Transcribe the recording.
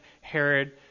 Herod